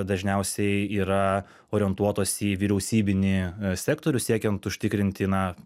dažniausiai yra orientuotos į vyriausybinį sektorių siekiant užtikrinti na